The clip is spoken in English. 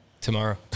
tomorrow